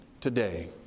today